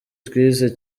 twize